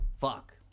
fuck